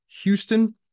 Houston